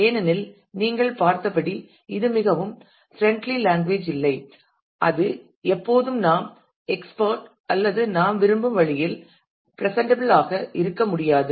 ஏனெனில் நீங்கள் பார்த்தபடி இது மிகவும் பிரெண்ட்லி லாங்குவேஜ் இல்லை அது எப்போதும் நாம் எக்ஸ்பெக்ட் அல்லது நாம் விரும்பும் வழியில் பிரசன்ட்டபில் ஆக இருக்க முடியாது